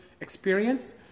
experience